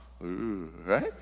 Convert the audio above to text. right